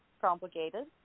complicated